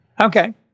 Okay